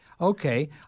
Okay